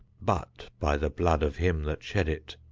but by the blood of him that shed it.